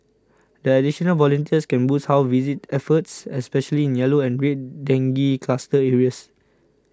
the additional volunteers can boost house visit efforts especially in yellow and red dengue cluster areas